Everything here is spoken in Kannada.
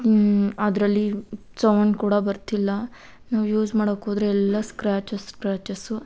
ಅದರಲ್ಲಿ ಸೌಂಡ್ ಕೂಡ ಬರ್ತಿಲ್ಲ ನಾವು ಯೂಸ್ ಮಾಡಕ್ಕೋದ್ರೆ ಎಲ್ಲ ಸ್ಕ್ರ್ಯಾಚಸ್ ಸ್ಕ್ರ್ಯಾಚಸ್ಸು